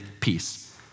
peace